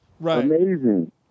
amazing